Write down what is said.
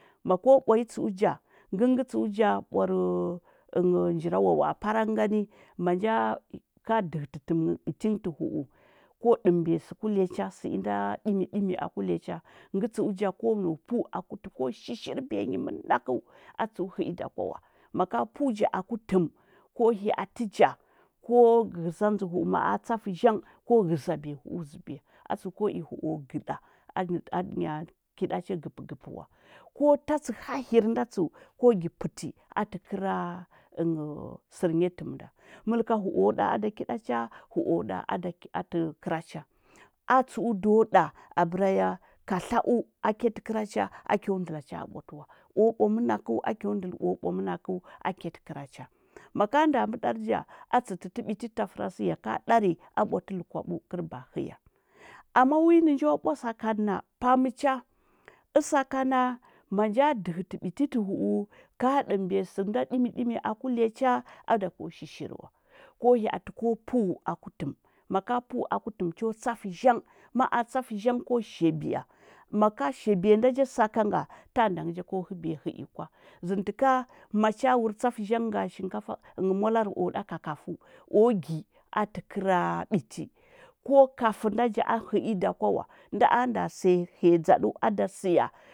Ma ko ɓwanyi tsəu ja, ngən gə tsəu ja ɓwarə njira wawa’a panang ngani ma nja ka dəhəti təm biti nghə tə hu’u ko dəməbiya səu ku iyacha sə inda dimi simi aku iyacha ngə tsəu ja ko nau fəu aku tə ko shishirbiya myi mənakəu atsəu həi da kw awa maka pəu ja aku təm, ko hyaati ja, ko ghəzandzi hu’u ma’a tsafə zhang ko ghəzabiya huu zəɓiyaa tsəu ko i hu’o gəda anya kiɗa cha dzək dzəkə wa ko tatsi hahir nda tsəu ko gi pəti ati kəra sər nya təm nda, məlja hu’o ɗa aɗa kida cha, hu’o da ada ati kəra cha. Atsəu do da abəra ya kar tla’u akyati kəra cha a kyo ndəla oha a bwatə wa o bwa mənakəu a kyo ndəl o ɗa mənakzu aki ti kəra cha. Maka nɗa mbədar ga, a tsətə tə biti tafərasəu ya ka ɗari a bwati ləkwabu kər ɓa’a həya ama wi nə njo bwa sakanəna pam cha əsakana, manja ɗəhəti ɓiti tə ini’u ka dɗəməbiya sənda ɗimi ɗimi aku iya cha, aɗa ko shishirwa ko hya ati ko pəu aku təm maka pəu aku təm cho tsafə zhang, ma a’ tsafə zhang ko shaɓiya,. aka shaɓiya nola ja sajanga tanda ngə ja ko həbiya hə’i kwa zən də tə ka macha wur tsafə zhang nga shinkafa mwalari o ɗa kakafu, o gi atə kəra biti, ko kafə nda ja a hə’i da kw awa, nɗa a nda siya həya dza dəu ada siya.